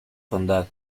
condado